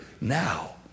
now